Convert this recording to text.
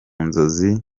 nzozi